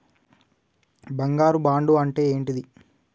బంగారు బాండు అంటే ఏంటిది?